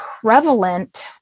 prevalent